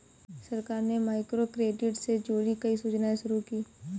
सरकार ने माइक्रोक्रेडिट से जुड़ी कई योजनाएं शुरू की